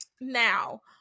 Now